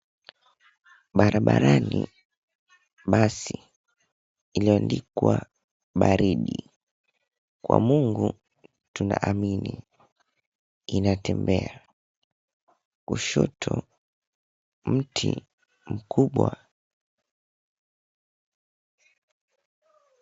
Barabarani basi iliyoandikwa baridi kwa mungu tunaamini inatembea. Kushoto mti mkubwa.